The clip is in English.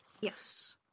Yes